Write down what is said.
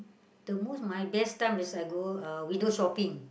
the most my best time is I go uh window shopping